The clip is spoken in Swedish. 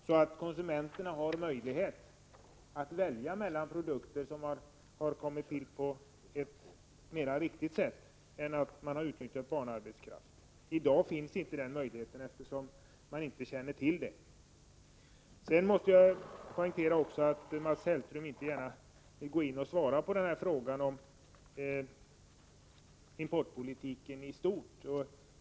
Då får konsumenterna möjlighet att välja produkter som har tillkommit på ett mera tilltalande sätt än genom utnyttjande av barnarbetskraft. I dag finns inte den valmöjligheten, eftersom man inte känner till vilka producenter det är fråga om. Jag vill också peka på det förhållandet att Mats Hellström inte gärna vill svara på frågan om importpolitiken i stort.